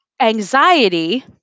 anxiety